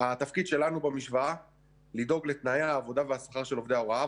התפקיד שלנו במשוואה לדאוג לתנאי העבודה והשכר של עובדי ההוראה,